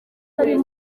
kure